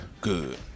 Good